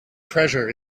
treasure